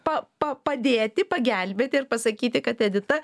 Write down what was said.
pa pa padėti pagelbėti ir pasakyti kad edita